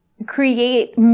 create